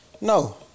no